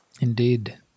Indeed